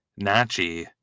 Nachi